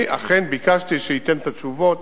אני אכן ביקשתי שייתן את התשובות,